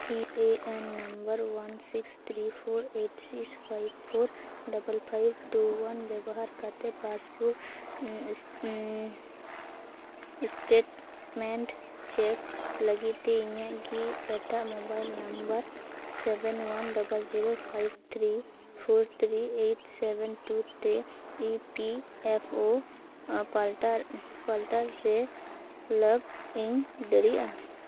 E ᱮᱹ ᱮᱹᱱ number one six three four eight six five four double five two one ᱵᱮᱵᱚᱦᱟᱨᱠᱟᱛᱮ passbook statement check ᱞᱟᱹᱜᱤᱫ ᱤᱧᱧ ᱤᱧᱟᱹᱹᱜ ᱜᱮ ᱮᱴᱟᱜ mobile number seven one double zero five three four three eight seven two ᱛᱮ E P F O portal portal ᱨᱮ login ᱫᱟᱲᱮᱭᱟᱜᱼᱟ